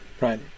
Right